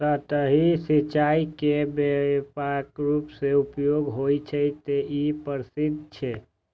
सतही सिंचाइ के व्यापक रूपें उपयोग होइ छै, तें ई प्रसिद्ध छै